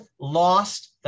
lost